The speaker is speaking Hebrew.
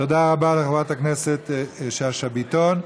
תודה רבה לחברת הכנסת שאשה ביטון.